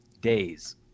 days